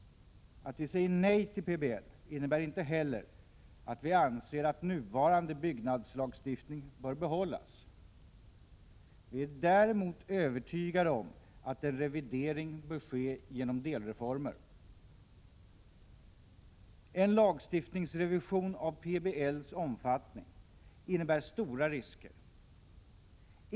Att vi säger nej till PBL innebär inte heller att vi anser att nuvarande byggnadslagstiftning bör behållas. Vi är däremot övertygade om att en revidering bör ske genom delreformer. En lagstiftningsrevision av PBL:s omfattning innebär stora risker.